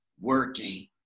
working